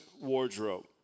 wardrobe